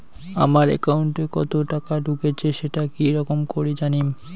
আমার একাউন্টে কতো টাকা ঢুকেছে সেটা কি রকম করি জানিম?